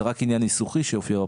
זה רק עניין ניסוחי שיופיע בפרוטוקול.